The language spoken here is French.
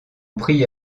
prit